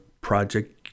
project